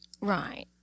Right